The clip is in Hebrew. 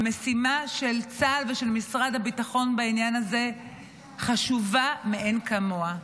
המשימה של צה"ל ושל משרד הביטחון בעניין הזה חשובה מאין כמוה.